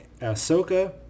Ahsoka